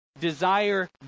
desire